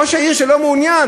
ראש עיר שלא מעוניין,